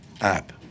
app